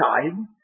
time